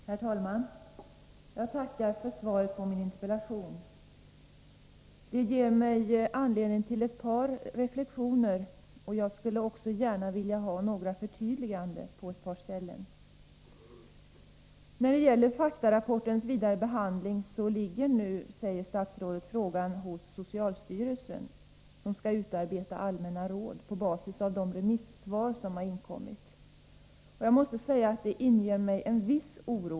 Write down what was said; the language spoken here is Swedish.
Herr talman! Jag tackar för svaret på min interpellation. Det ger mig anledning till ett par reflexioner, och jag skulle gärna vilja ha några förtydliganden. När det gäller faktarapportens vidare behandling säger statsrådet att frågan nu ligger hos socialstyrelsen, som skall utarbeta allmänna råd på basis av de remissvar som har inkommit. Det inger mig en viss oro.